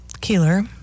Keeler